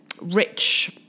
rich